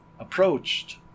approached